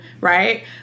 right